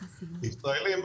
ישראליים,